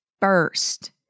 first